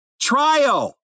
trial